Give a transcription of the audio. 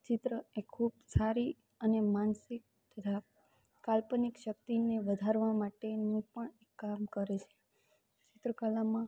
ચિત્ર એ ખૂબ સારી અને માનસિક તથા કાલ્પનિક શક્તિને વધારવા માટેનું પણ એ કામ કરે છે ચિત્રકલામાં